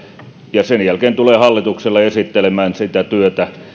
ja sen jälkeen tulen hallitukselle esittelemään sitä työtä